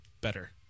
better